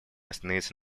остановиться